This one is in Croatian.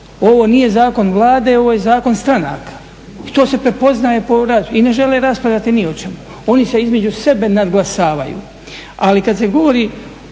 Ovo nije zakon Vlade, ovo je zakon stranaka i to se prepoznaje po raspravi i ne žele raspravljati ni o čemu. Oni se između sebe nadglasavaju. Ali kad se govori,